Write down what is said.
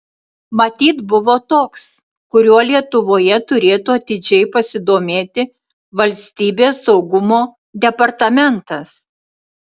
matyt buvo toks kuriuo lietuvoje turėtų atidžiai pasidomėti valstybės saugumo departamentas